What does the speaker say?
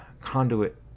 conduit